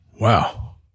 Wow